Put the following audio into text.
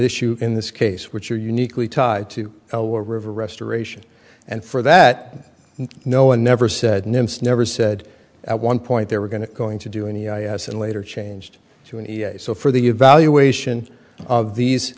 issue in this case which are uniquely tied to a river restoration and for that no one never said nymphs never said at one point they were going to going to do any i a s and later changed to and so for the evaluation of these